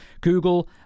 Google